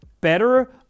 better